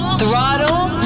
throttle